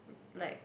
like